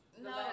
No